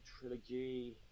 Trilogy